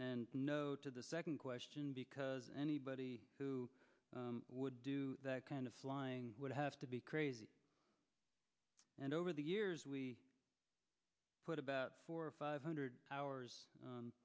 and no to the second question because anybody who would do that kind of flying would have to be crazy and over the years we put about four or five hundred hours